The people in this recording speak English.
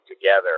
together